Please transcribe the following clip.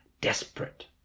desperate